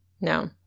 No